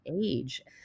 age